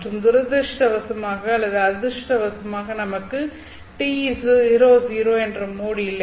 மற்றும் துரதிர்ஷ்டவசமாக அல்லது அதிர்ஷ்டவசமாக நமக்கு TE00 என்ற மோட் இல்லை